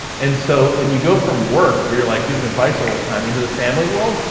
and so when you go from work where you're like, giving advice all the time into the family world,